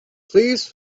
please